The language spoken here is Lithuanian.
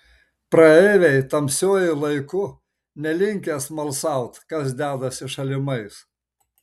praeiviai tamsiuoju laiku nelinkę smalsaut kas dedasi šalimais